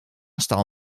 staal